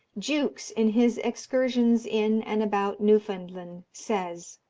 jukes, in his excursions in and about newfoundland, says,